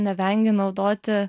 nevengia naudoti